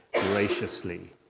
graciously